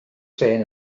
trên